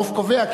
הרוב קובע,